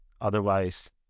otherwise